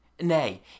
nay